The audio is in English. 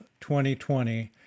2020